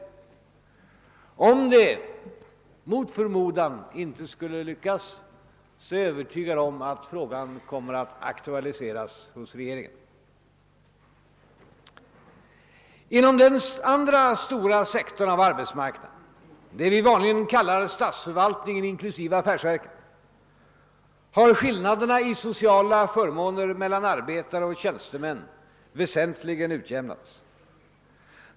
Om det mot förmodan inte skulle lyckas, är jag övertygad om att frågan kommer att aktualiseras hos regeringen. I den stora sektor av arbetsmarknaden som omfattar statsförvaltningen inklusive affärsverken har skillnaderna i sociala förmåner mellan arbetare och tjänstemän väsentligen utjämnats.